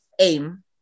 aim